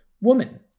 woman